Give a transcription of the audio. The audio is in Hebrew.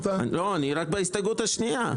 ההסתייגות השלישית היא